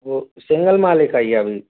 वो सिंगल माले का ही है अभी